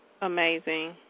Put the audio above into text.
amazing